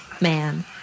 man